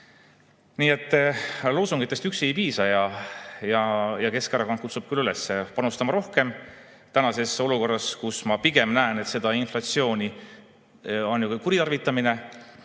Nii et loosungitest üksi ei piisa. Keskerakond kutsub küll üles panustama rohkem tänases olukorras, kus ma pigem näen, et seda inflatsiooni on ju ka [kuritarvitatud].